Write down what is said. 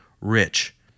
rich